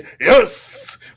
Yes